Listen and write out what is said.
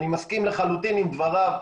אני מסכים לחלוטין עם דבריו.